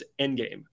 endgame